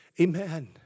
Amen